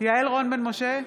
יעל רון בן משה,